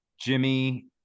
Jimmy